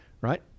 right